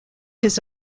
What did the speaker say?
his